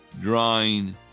Drawing